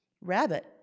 rabbit